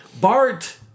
Bart